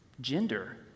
Gender